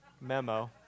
memo